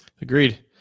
Agreed